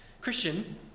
Christian